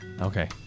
Okay